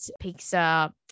pizza